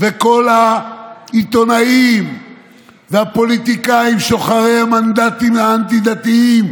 וכל העיתונאים והפוליטיקאים שוחרי המנדטים האנטי-דתיים,